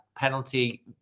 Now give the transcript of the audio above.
penalty